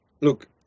look